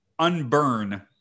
unburn